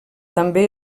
també